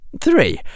Three